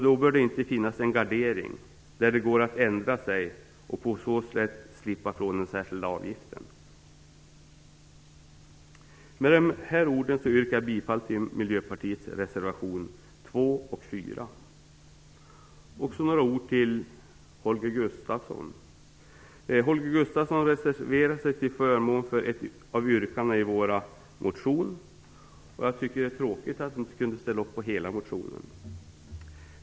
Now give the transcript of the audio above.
Då bör det inte finnas en sådan gardering att det går att ändra sig och på så sätt slippa ifrån den särskilda avgiften. Med det anförda yrkar jag bifall till Miljöpartiets reservationer 2 och 4. Och sedan några ord till Holger Gustafsson. Han har reserverat sig till förmån för ett av yrkandena i vår motion. Jag tycker att det är tråkigt att han inte kunde ställa sig bakom hela motionen.